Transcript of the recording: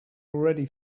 already